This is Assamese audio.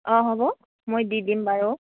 অঁ হ'ব মই দি দিম বাৰু